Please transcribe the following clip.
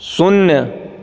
शून्य